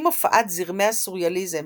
עם הופעת זרמי הסוריאליזם